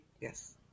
Yes